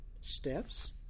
steps